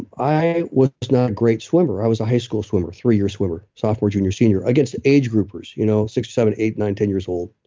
i was not a great swimmer. i was a high school swimmer, three years swimmer, sophomore, junior, senior against age groupers you know six, seven, eight nine, ten years old.